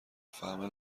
بفهمه